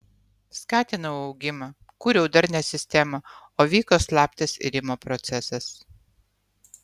skatinau augimą kūriau darnią sistemą o vyko slaptas irimo procesas